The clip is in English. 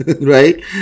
right